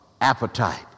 appetite